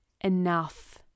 enough